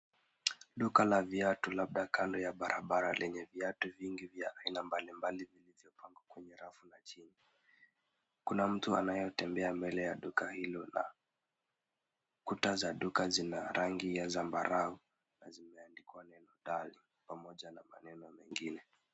Duka la viatu labda kando ya barabara, lenye viatu vingi vya aina mbalimbali vimepangwa kwenye rafu na chini. Kuna mtu anayetembea mbele ya duka hilo na kuta za duka zina rangi ya zambarau na zimeandikwa neno Darling pamoja na maneno mengine.